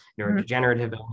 neurodegenerative